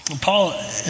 Paul